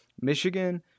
Michigan